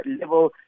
level